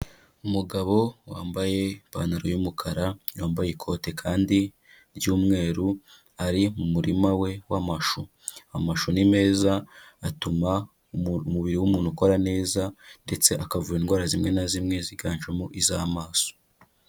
Umugabo wambaye ipantaro y'umukara yambaye ikote kandi ry'umweru ari mu murima we w'amashu, amashu ni meza atuma umubiri w'umuntu ukora neza ndetse akavura indwara zimwe na zimwe ziganjemo iz'amaso.